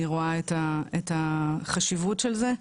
אני רואה את החשיבות של זה,